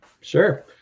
Sure